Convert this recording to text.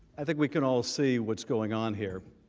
i think we can all see what's going on, here.